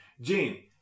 gene